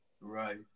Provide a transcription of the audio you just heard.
Right